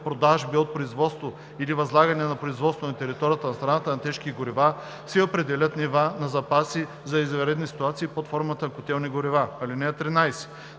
продажби от производство или възлагане на производство на територията на страната на тежки горива, се определят нива на запаси за извънредни ситуации под формата на котелни горива. (13)